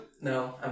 No